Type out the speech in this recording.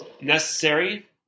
necessary